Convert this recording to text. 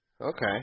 Okay